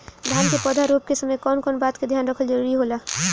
धान के पौधा रोप के समय कउन कउन बात के ध्यान रखल जरूरी होला?